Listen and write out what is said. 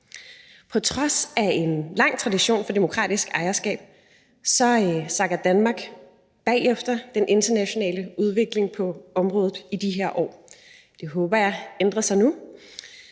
På trods af en lang tradition for demokratisk ejerskab halter Danmark bagefter den internationale udvikling på området i de her år. Det håber jeg ændrer sig nu.